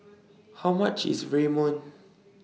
How much IS Ramyeon